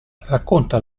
racconta